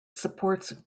supports